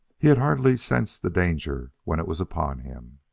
he had hardly sensed the danger when it was upon him.